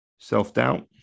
Self-doubt